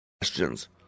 questions